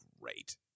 great